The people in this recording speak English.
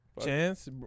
Chance